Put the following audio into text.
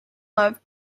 love